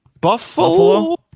Buffalo